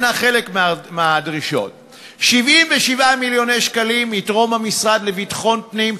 הנה חלק מהדרישות: 77 מיליון שקלים יתרום המשרד לביטחון פנים,